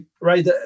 right